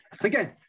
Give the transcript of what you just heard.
again